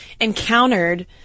encountered